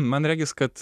man regis kad